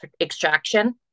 extraction